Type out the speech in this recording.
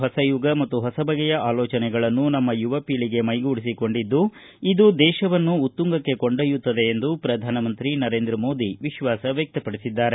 ಹೊಸ ಯುಗ ಮತ್ತು ಹೊಸ ಬಗೆಯ ಆಲೋಚನೆಗಳನ್ನು ನಮ್ಮ ಯುವ ಪೀಳಗೆ ಮೈಗೂಡಿಸಿಕೊಂಡಿದ್ದು ಇದು ದೇಶವನ್ನು ಉತ್ತುಂಗಕ್ಕೆ ಕೊಂಡೊಯ್ಟುತ್ತದೆ ಎಂದು ಪ್ರಧಾನ ಮಂತ್ರಿ ನರೇಂದ್ರ ಮೋದಿ ವಿಶ್ವಾಸ ವ್ವಕ್ತಪಡಿಸಿದ್ದಾರೆ